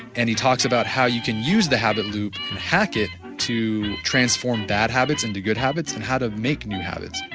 and he talks about how you can use the habit loop and hack it to transform bad habits into good habits and how to make new habits.